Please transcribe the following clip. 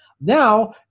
Now